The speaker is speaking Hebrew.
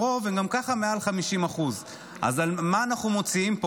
הרוב הם גם ככה מעל 50%. אז על מה אנחנו מוציאים פה